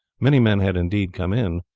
many men had indeed come in,